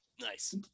nice